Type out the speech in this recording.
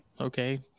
Okay